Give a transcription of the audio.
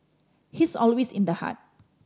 he's always in the heart